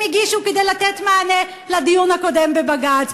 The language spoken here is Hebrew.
הגישו כדי לתת מענה לדיון הקודם בבג"ץ.